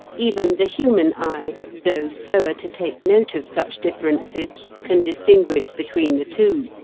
even the human eye, though slower to take note of such differences, can distinguish between the two,